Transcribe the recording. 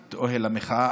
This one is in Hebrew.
את אוהל המחאה.